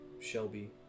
Shelby